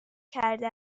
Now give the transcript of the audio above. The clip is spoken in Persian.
کرده